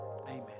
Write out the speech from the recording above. Amen